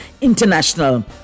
International